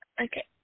Okay